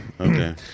okay